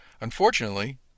Unfortunately